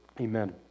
Amen